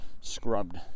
Scrubbed